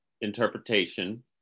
interpretation